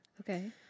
Okay